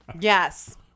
Yes